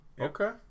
Okay